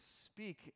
speak